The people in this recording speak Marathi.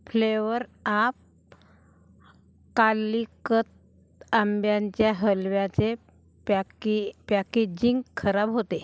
फ्लेवर आप कालिकत आंब्यांच्या हलव्याचे पॅकी पॅकेजिंग खराब होते